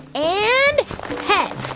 and head.